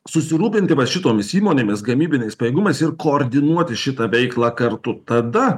susirūpinti va šitomis įmonėmis gamybiniais pajėgumais ir koordinuoti šitą veiklą kartu tada